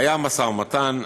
שהיה משא-ומתן.